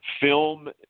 film